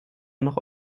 nach